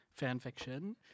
fanfiction